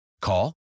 Call